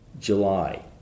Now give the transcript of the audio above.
July